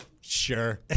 Sure